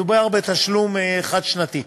מדובר בתשלום חד-שנתי.